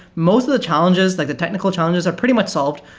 most of the challenges, like the technical challenges are pretty much solved.